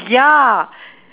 ya